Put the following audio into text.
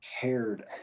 cared